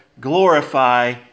glorify